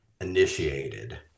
initiated